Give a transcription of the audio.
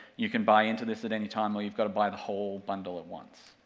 you can buy into this at any time, or you've got to buy the whole bundle at once,